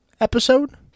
episode